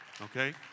okay